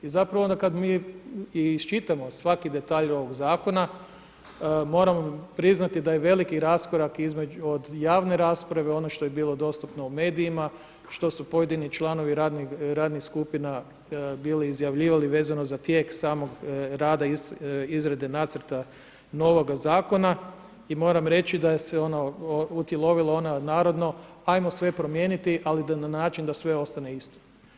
I zapravo onda kada mi isčitao i svaki detalj ovog zakona, moramo priznati da je veliki raskorak od javne rasprave, ono što je bilo dostupno u medijima, što su pojedini članovi radnih skupina bili izjavljivani vezano za tijek smog rada izrade nacrta novoga zakona i moram reći da se ono utjelovilo, ona narodno, ajmo sve promijeniti, ali na način da sve ostane isto.